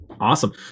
Awesome